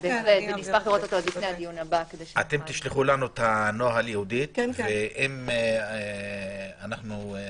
יהודית, תשלחו לנו את הנוהל, ואם נועה